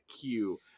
queue